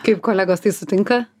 kaip kolegos tai sutinka